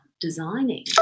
designing